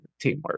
teamwork